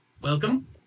Welcome